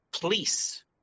police